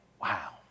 Wow